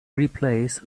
replace